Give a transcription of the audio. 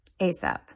ASAP